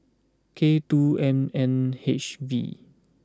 K two M N H V